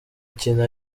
kintu